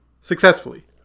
successfully